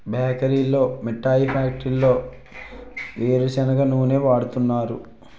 బేకరీల్లో మిఠాయి ఫ్యాక్టరీల్లో వేరుసెనగ నూనె వాడుతున్నారు